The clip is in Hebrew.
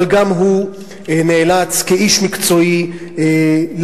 אבל גם הוא נאלץ כאיש מקצועי לעמוד